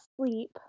sleep